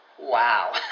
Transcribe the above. wow